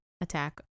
attack